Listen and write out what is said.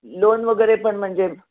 loan वगैरे पण म्हणजे